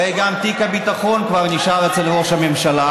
הרי גם תיק הביטחון כבר נשאר אצל ראש הממשלה,